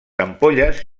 ampolles